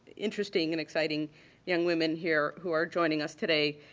interesting and exciting young women here who are joining us today,